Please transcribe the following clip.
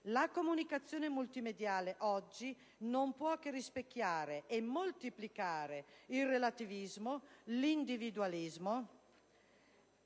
la comunicazione multimediale non può che rispecchiare e moltiplicare il relativismo, l'individualismo,